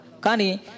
Kani